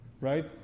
Right